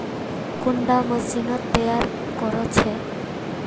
कुंडा मशीनोत तैयार कोर छै?